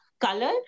color